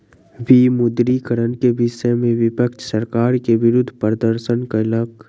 विमुद्रीकरण के विषय में विपक्ष सरकार के विरुद्ध प्रदर्शन कयलक